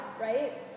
right